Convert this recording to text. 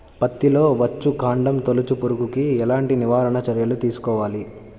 పత్తిలో వచ్చుకాండం తొలుచు పురుగుకి ఎలాంటి నివారణ చర్యలు తీసుకోవాలి?